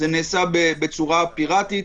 זה נעשה בצורה פיראטית.